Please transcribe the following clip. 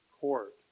court